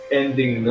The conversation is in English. ending